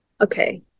Okay